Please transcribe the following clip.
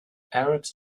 arabs